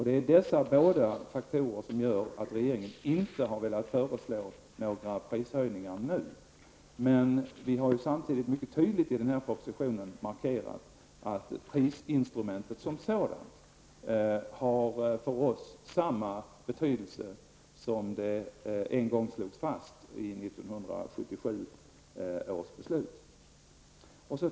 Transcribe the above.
Det är dessa båda faktorer som gör att regeringen inte velat föreslå några prishöjningar nu. Men vi har i propositionen mycket tydligt markerat att prisinstrumentet som sådant för oss har samma betydelse som en gång slogs fast i 1977 års beslut.